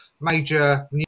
major